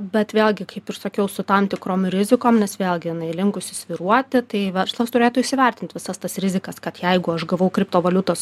bet vėlgi kaip ir sakiau su tam tikrom rizikom vėlgi jinai linkusi svyruoti tai verslas turėtų įsivertint visas tas rizikas kad jeigu aš gavau kriptovaliutos